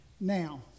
Now